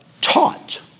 taught